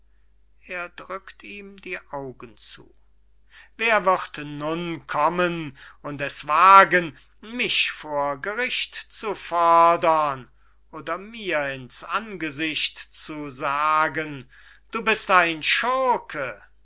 wer wird nun kommen und es wagen mich vor gericht zu fordern oder mir in's angesicht zu sagen du bist ein schurke